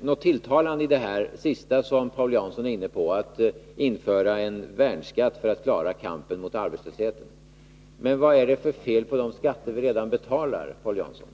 något tilltalande i det sista som Paul Jansson var inne på, att införa en värnskatt för att klara kampen mot ungdomsarbetslösheten. Men vad är det för fel med de skatter som vi redan betalar, Paul Jansson?